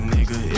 Nigga